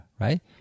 right